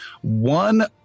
one